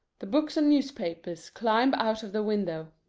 the books and newspapers climb out of the window.